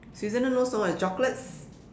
Switzerland no eh chocolates